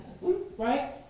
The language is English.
right